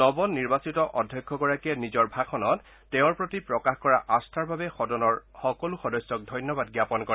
নৱ নিৰ্বাচিত অধ্যক্ষগৰাকীয়ে নিজৰ ভাষণত তেওঁৰ প্ৰতি প্ৰকাশ কৰা আস্থাৰ বাবে সদনৰ সকলো সদস্যক ধন্যবাদ জ্ঞাপন কৰে